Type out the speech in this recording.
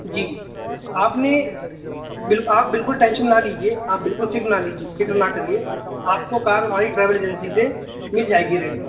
جی آپ نے بل آپ بالکل ٹینشن نہ لیجیے آپ بالکل فک لیجے فکر نہ کرئے آپ کو کار ہماری ٹریول ایجنسی سے مل جائے گی رینٹ پر